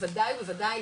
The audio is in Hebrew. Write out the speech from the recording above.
בוודאי ובוודאי,